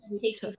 take